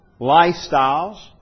lifestyles